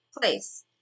place